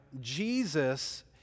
Jesus